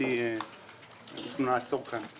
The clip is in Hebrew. מבחינתי נעצור כאן.